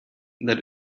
that